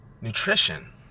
nutrition